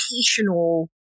educational